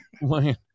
Man